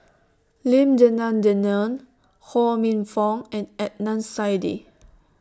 Lim Denan Denon Ho Minfong and Adnan Saidi